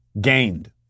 gained